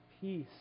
peace